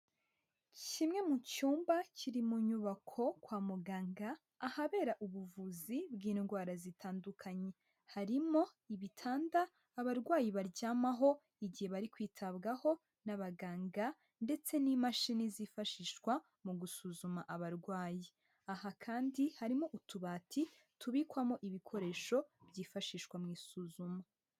Kimwe mu cyumba kiri mu nyubako kwa muganga ahabera ubuvuzi bw'indwara zitandukanye, harimo ibitanda abarwayi baryamaho igihe bari kwitabwaho n'abaganga ndetse n'imashini zifashishwa mu gusuzuma abarwayi, aha kandi harimo utubati tubikwamo ibikoresho byifashishwa mu isuzuma.